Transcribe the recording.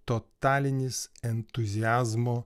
totalinis entuziazmo